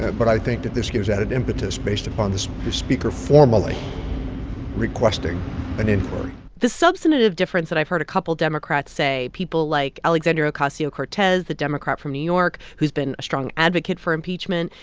but i think that this gives added impetus, based upon the speaker formally requesting an inquiry the substantive difference that i've heard a couple democrats say people like alexandria ocasio-cortez, the democrat from new york, who's been a strong advocate for impeachment,